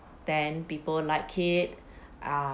then people like it ah